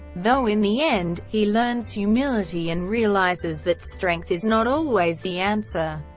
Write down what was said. though in the end, he learns humility and realizes that strength is not always the answer.